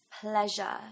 pleasure